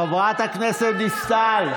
חברת הכנסת דיסטל.